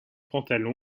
pantalon